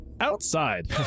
outside